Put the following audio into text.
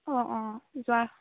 অঁ অঁ যোৱা